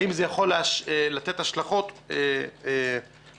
האם זה יכול לתת השלכות נוספות?